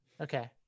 Okay